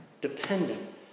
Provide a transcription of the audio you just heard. dependent